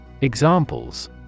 Examples